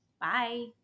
bye